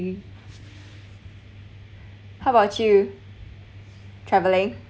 how about you traveling